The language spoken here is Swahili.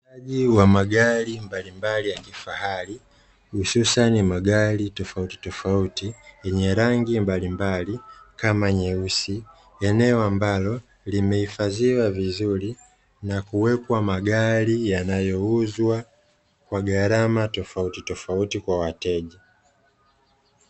Wauzaji magari mbalimbali ya kifahari hususani magari tofautitofauti yenye rangi mbalimbali kama nyeusi, eneo ambalo limehifadhiwa vizuri na kuwekwa magari yanayouzwa kwa gharama tofautitofauti kwa wateja.